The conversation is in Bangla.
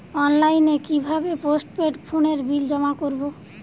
অনলাইনে কি ভাবে পোস্টপেড ফোনের বিল জমা করব?